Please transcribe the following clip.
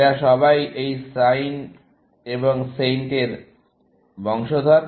এরা সবাই এই SIN এবং SAINT এর বংশধর